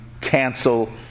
cancel